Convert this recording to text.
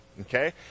okay